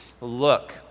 look